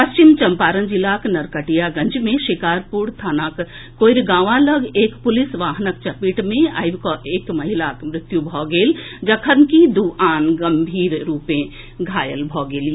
पश्चिम चम्पारण जिलाक नरकटियागंज मे शिकारपुर थानाक कोईरगावा लऽग एक पुलिस वाहनक चपेट मे आबि कऽ एक महिलाक मृत्यु भऽ गेल जखनकि दू आन महिला गम्भीर रूपे घायल छथि